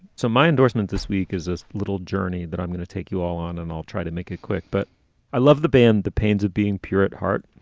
so my endorsement this week is this little journey that i'm going to take you all on and i'll try to make it quick. but i love the band, the pains of being pure at heart,